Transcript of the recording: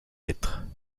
lettres